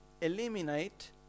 eliminate